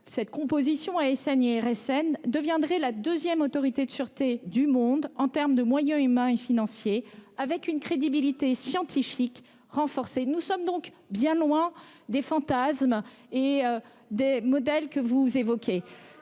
cette composition ASN-IRSN -deviendrait la deuxième autorité de sûreté du monde, au regard de ses moyens humains et financiers. Sa crédibilité scientifique serait en outre renforcée. Nous sommes donc bien loin des fantasmes et des modèles que vous évoquez.